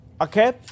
Okay